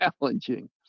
challenging